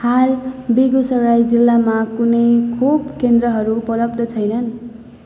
हाल बेगुसराय जिल्लामा कुनै खोप केन्द्रहरू उपलब्ध छैनन्